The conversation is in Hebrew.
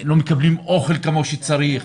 לא מקבלים אוכל כמו שצריך.